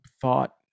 thought